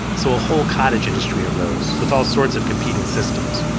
so a whole cottage industry arose with all sorts of competing systems,